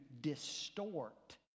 distort